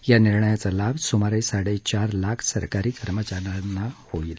या निर्णयाचा लाभ सुमारे साडेचार लाख सरकारी कर्मचाऱ्यांना होईल